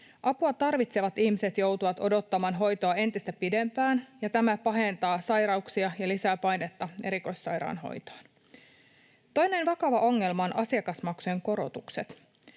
Apua tarvitsevat ihmiset joutuvat odottamaan hoitoa entistä pidempään, ja tämä pahentaa sairauksia ja lisää painetta erikoissairaanhoitoon. Toinen vakava ongelma on asiakasmaksujen korotukset.